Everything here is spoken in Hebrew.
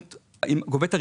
בוועדה שלכם,